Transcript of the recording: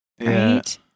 Right